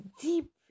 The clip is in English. deep